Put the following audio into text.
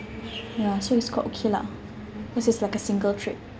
ya so it's quite okay lah because it's like a single trip